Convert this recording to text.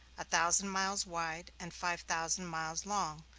a thousand miles wide and five thousand miles long,